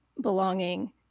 belonging